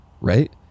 right